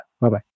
Bye-bye